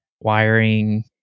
wiring